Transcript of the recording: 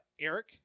Eric